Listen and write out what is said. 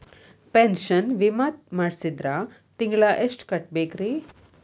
Pension ವಿಮಾ ಮಾಡ್ಸಿದ್ರ ತಿಂಗಳ ಎಷ್ಟು ಕಟ್ಬೇಕ್ರಿ?